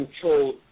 control